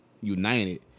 united